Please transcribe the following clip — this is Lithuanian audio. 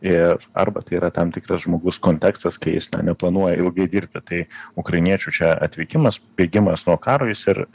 ir arba tai yra tam tikras žmogus kontekstas kai jis na neplanuoja ilgai dirbti tai ukrainiečių čia atvykimas bėgimas nuo karo jis ir